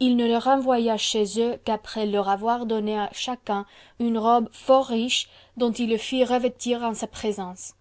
il ne les renvoya chez eux qu'après leur avoir donné à chacun une robe fort riche dont il les fit revêtir en sa présence